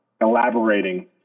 elaborating